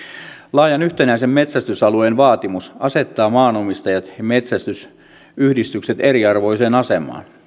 laajan yhtenäisen metsästysalueen vaatimus asettaa maanomistajat ja metsästysyhdistykset eriarvoiseen asemaan